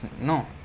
No